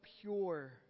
pure